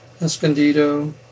Escondido